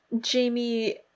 Jamie